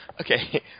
Okay